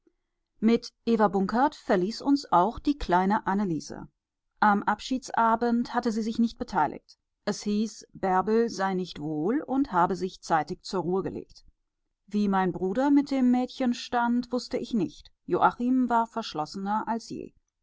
mit eva bunkert verließ uns auch die kleine anneliese am abschiedsabend hatte sie sich nicht beteiligt es hieß bärbel sei nicht wohl und habe sich zeitig zur ruhe gelegt wie mein bruder mit dem mädchen stand wußte ich nicht joachim war verschlossener als je